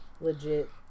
Legit